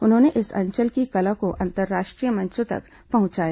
उन्होंने इस अंचल की कला को अंतर्राष्ट्रीय मंचों तक पहुंचाया